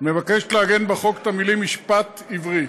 מבקשת לעגן בחוק את המילים "משפט עברי".